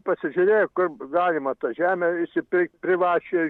pasižiūrėjo kur galima tą žemę išsipirkt privačiai